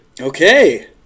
Okay